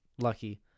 lucky